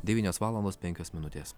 devynios valandos penkios minutės